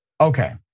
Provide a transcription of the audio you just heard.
Okay